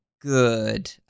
good